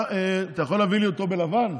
אתה יכול להביא לי אותו בלבן?